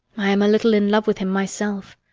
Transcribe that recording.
i am a little in love with him myself!